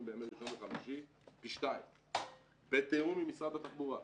בימי ראשון וחמישי פי שתיים בתיאום עם משרד התחבורה,